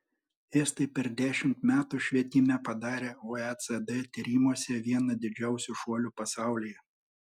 estai per dešimt metų švietime padarė oecd tyrimuose vieną didžiausių šuolių pasaulyje